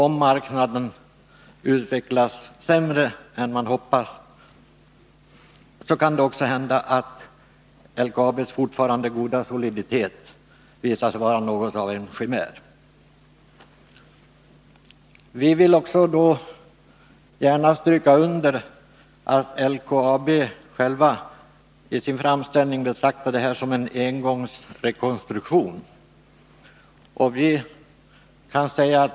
Om marknaden utvecklas sämre än man hoppats, kan det också hända att LKAB:s fortfarande goda soliditet visar sig vara något av en chimär. Vi vill också gärna stryka under att LKAB i sin framställning betraktar detta som en engångsrekonstruktion.